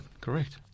correct